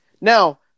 Now